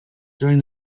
during